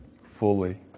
fully